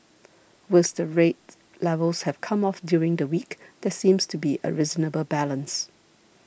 worst the rate levels have come off during the week there seems to be a reasonable balance